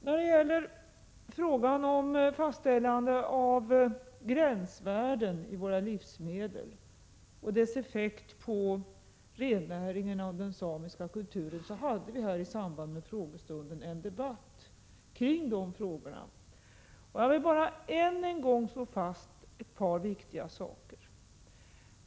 När det gäller frågan om fastställande av gränsvärden i våra livsmedel och dessa gränsvärdens effekter på rennäringen och den samiska kulturen hade vi en debatt härom i samband med frågestunden. Jag vill bara än en gång slå fast ett par viktiga saker.